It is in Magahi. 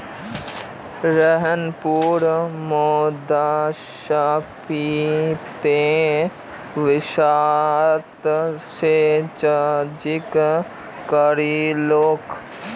रोहन पुनः मुद्रास्फीतित विस्तार स चर्चा करीलकू